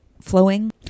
flowing